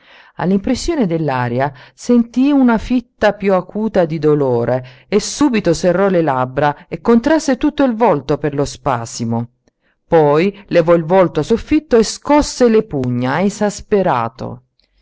cariato all'impressione dell'aria sentí una fitta piú acuta di dolore e subito serrò le labbra e contrasse tutto il volto per lo spasimo poi levò il volto al soffitto e scosse le pugna esasperato